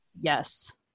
Yes